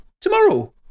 tomorrow